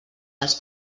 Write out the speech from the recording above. dels